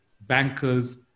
bankers